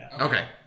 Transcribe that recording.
Okay